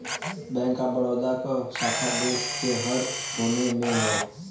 bank of Baroda क शाखा देश के हर कोने में हौ